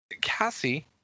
Cassie